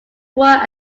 were